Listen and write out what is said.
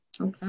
Okay